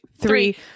three